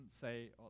say